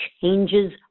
changes